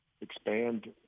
expand